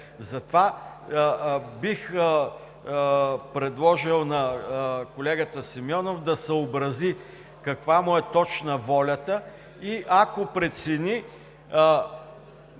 Затова бих предложил на колегата Симеонов да съобрази каква точно му е волята и ако прецени,